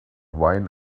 wine